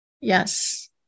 Yes